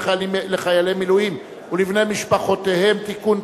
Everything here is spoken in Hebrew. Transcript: לחיילי מילואים ולבני משפחותיהם (תיקון,